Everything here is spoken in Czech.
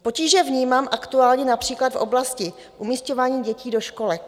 Potíže vnímám aktuálně například v oblasti umisťování dětí do školek.